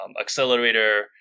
accelerator